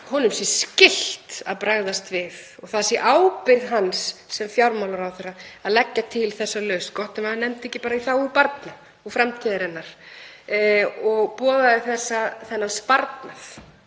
honum sé skylt að bregðast við og það sé ábyrgð hans sem fjármálaráðherra að leggja til lausn, gott ef hann nefndi ekki bara í þágu barna og framtíðarinnar, og boðaði þennan sparnað